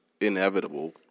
inevitable